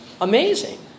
Amazing